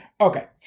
Okay